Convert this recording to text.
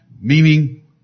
meaning